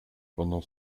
pendant